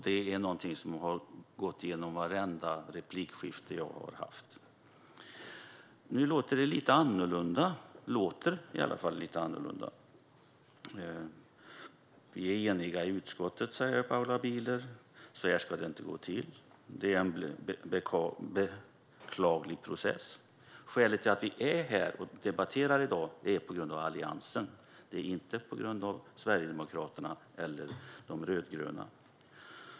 Det är någonting som har varit genomgående i vartenda replikskifte jag har haft med Sverigedemokraterna. Nu låter det lite annorlunda - med betoning på låter. Paula Bieler säger att vi är eniga i utskottet, att det inte ska få gå till på det här sättet och att det är en beklaglig process. Hon säger att det är på grund av Alliansen som vi debatterar här i dag, inte på grund av Sverigedemokraterna eller de rödgröna.